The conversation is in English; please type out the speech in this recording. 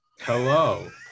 Hello